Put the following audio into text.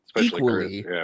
Equally